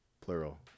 plural